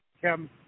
Kim